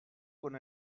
con